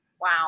Wow